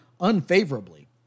unfavorably